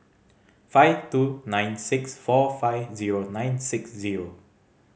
five two nine six four five zero nine six zero